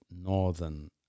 northern